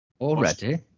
Already